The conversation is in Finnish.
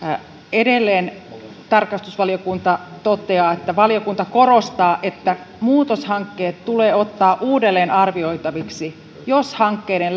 edelleen tarkastusvaliokunta toteaa että valiokunta korostaa että muutoshankkeet tulee ottaa uudelleen arvioitaviksi jos hankkeiden